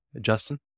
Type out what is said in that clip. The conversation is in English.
Justin